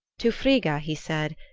to frigga he said,